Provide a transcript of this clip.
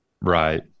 right